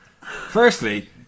Firstly